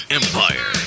empire